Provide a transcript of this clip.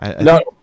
no